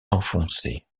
s’enfonçait